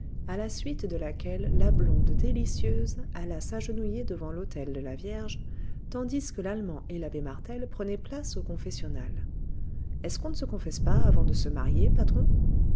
à la suite de laquelle la blonde délicieuse alla s'agenouiller devant l'autel de la vierge tandis que l'allemand et l'abbé martel prenaient place au confessionnal est-ce qu'on ne se confesse pas avant de se marier patron